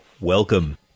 welcome